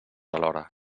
alhora